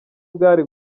bwari